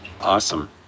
Awesome